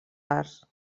arts